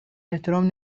احترام